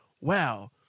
wow